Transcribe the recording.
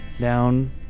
down